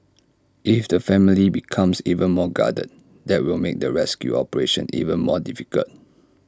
if the family becomes even more guarded that will make the rescue operation even more difficult